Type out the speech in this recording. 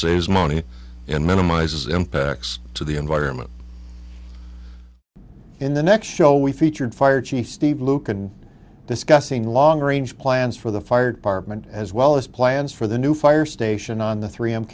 saves money in minimizes impacts to the environment in the next show we featured fire chief steve lucan discussing long range plans for the fire department as well as plans for the new fire station on the three m